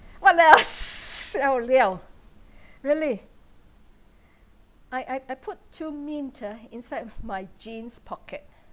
!waliao! siao liao really I I I put two mint ah inside my jeans pocket